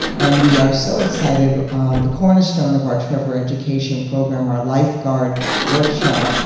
and we are so excited the cornerstone of our trevor education program, our lifeguard workshop,